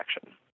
action